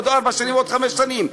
בעוד ארבע שנים ובעוד חמש שנים.